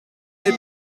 est